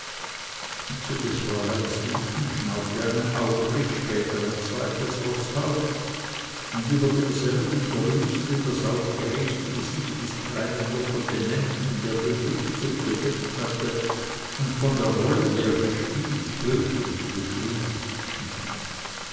zu des fräuleins linken schnaubte einen augenblick später ein zweites roßhaupt und über demselben grüßte das aufgeregte gesicht des kleinen locotenenten der den rückzug gedeckt hatte und von der rolle die er gespielt höchlich befriedigt schien